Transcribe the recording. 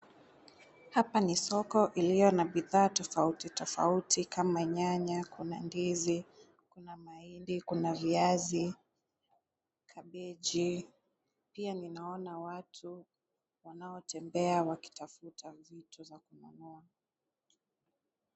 Hapa ni soko iliyo na bidhaa tofauti tofauti kama nyanya, kuna ndizi, kuna mahindi, kuna viazi, cabbage . Pia ninaona watu wanaotembea wakitafuta vitu za kununua.